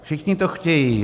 Všichni to chtějí.